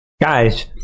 guys